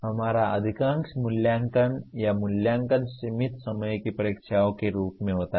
हमारा अधिकांश मूल्यांकन या मूल्यांकन सीमित समय की परीक्षाओं के रूप में होता है